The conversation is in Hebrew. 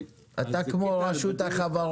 ככל הנראה השוק לא ייפתח